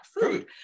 food